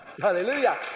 Hallelujah